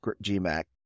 G-Mac